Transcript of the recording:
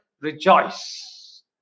rejoice